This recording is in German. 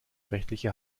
rechtliche